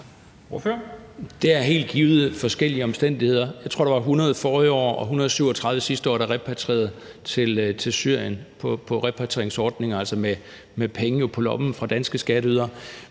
Der er helt givet forskellige omstændigheder. Jeg tror, at der var 100 forrige år og 137 sidste år, der repatrierede til Syrien på repatrieringsordninger, altså jo med penge på lommen fra danske skatteydere.